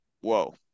whoa